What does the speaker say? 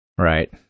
Right